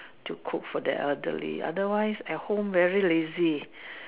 to cook for the elderly otherwise at home very lazy